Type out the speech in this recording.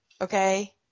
okay